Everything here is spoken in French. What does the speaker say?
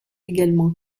également